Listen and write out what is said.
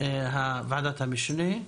וועדת המשנה.